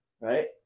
Right